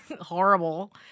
Horrible